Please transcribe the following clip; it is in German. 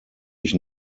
ich